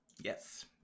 Yes